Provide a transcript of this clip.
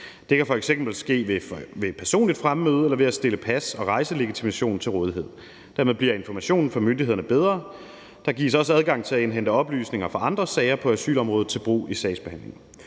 Det kan f.eks. ske ved personligt fremmøde eller ved at stille pas og rejselegitimation til rådighed. Dermed bliver informationen til myndighederne bedre. Der gives også adgang til at indhente oplysninger fra andre sager på asylområdet til brug i sagsbehandlingen.